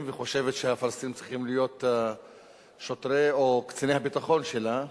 וחושבת שהפלסטינים צריכים להיות שוטרי או קציני הביטחון שלה.